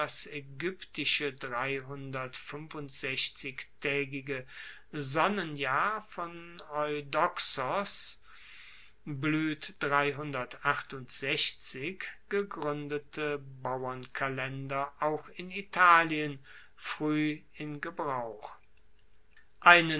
aegyptische dreitaegigen sonnenjahr von ox gegruendete bauernkalender auch in italien frueh in gebrauch